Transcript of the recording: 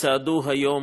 וצעדו היום